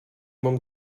mám